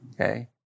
Okay